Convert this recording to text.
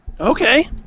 Okay